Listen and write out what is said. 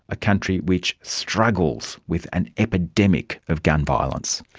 a country which struggles with an epidemic of gun violence.